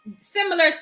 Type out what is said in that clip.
similar